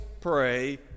pray